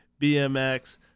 BMX